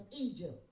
Egypt